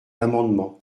l’amendement